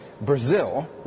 Brazil